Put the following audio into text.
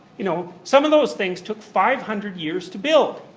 you know, some of those things took five hundred years to build.